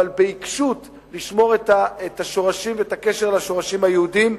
ובעיקשות לשמור את השורשים ואת הקשר לשורשים היהודיים.